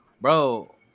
Bro